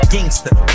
Gangster